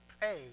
pay